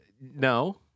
No